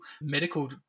medical